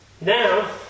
Now